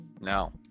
No